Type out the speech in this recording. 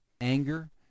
anger